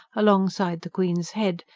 alongside the queen's head,